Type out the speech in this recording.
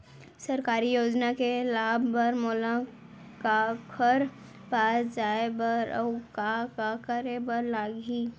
सरकारी योजना के लाभ बर मोला काखर पास जाए बर अऊ का का करे बर लागही?